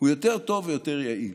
הוא יותר טוב ויותר יעיל.